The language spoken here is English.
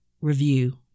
review